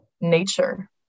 nature